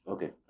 Okay